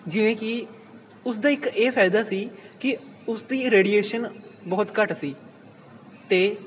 ਜਿਵੇਂ ਕਿ ਉਸ ਦਾ ਇੱਕ ਇਹ ਫ਼ਾਇਦਾ ਸੀ ਕਿ ਉਸਦੀ ਰੇਡੀਏਸ਼ਨ ਬਹੁਤ ਘੱਟ ਸੀ ਅਤੇ